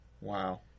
Wow